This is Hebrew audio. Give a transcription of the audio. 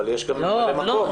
אבל יש גם ממלא מקום.